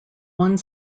one